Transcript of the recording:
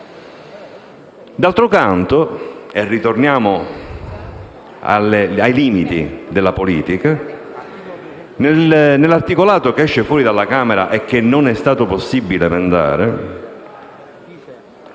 D'altro canto, e ritorniamo ai limiti della politica, nell'articolato licenziato dalla Camera, che non è stato possibile emendare,